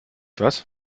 was